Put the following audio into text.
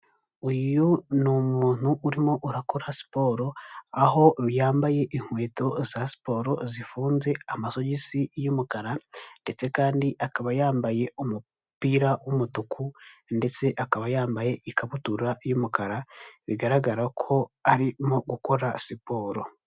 Uyu ni umuntu urimo urakora siporo, aho yambaye inkweto za siporo zifunze amasogisi y'umukara, ndetse kandi akaba yambaye umupira w'umutuku, ndetse akaba yambaye ikabutura y'umukara bigaragara ko arimo gukora siporo.